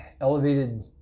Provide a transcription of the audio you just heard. elevated